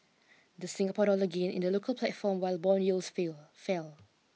the Singapore dollar gained in the local platform while bond yields fail fell